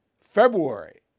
February